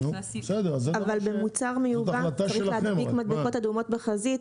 אבל במוצר מיובא צריך להדביק מדבקות אדומות בחזית,